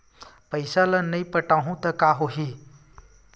पईसा ल नई पटाहूँ का होही?